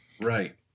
Right